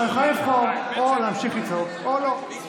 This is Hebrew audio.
את יכולה לבחור, או להמשיך לצעוק או לא.